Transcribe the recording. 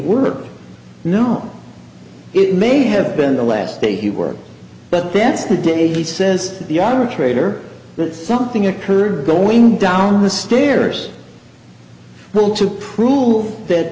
worked no it may have been the last day he worked but that's the day he says the are a trader but something occurred going down the stairs well to prove that